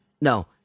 no